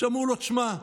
שאמרו לו: תשמע,